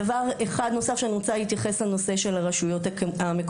דבר אחד נוסף שאני רוצה להתייחס אליו הוא לנושא הרשויות המקומיות.